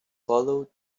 followed